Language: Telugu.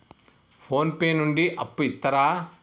ఫోన్ పే నుండి అప్పు ఇత్తరా?